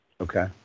okay